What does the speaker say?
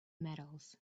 metals